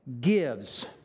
gives